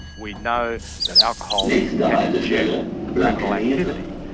we know that alcohol can induce criminal activity,